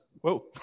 whoa